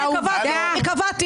הינה, קבעתי.